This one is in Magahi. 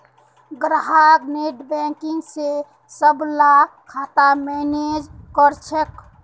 ग्राहक नेटबैंकिंग स सबला खाता मैनेज कर छेक